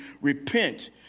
repent